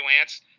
Lance